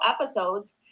episodes